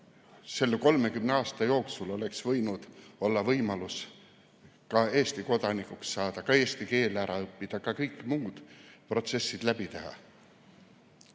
Selle 30 aasta jooksul on kõigil olnud võimalus Eesti kodanikuks saada, eesti keel ära õppida ja ka kõik muud protsessid läbi teha.